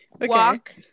walk